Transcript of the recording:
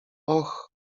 och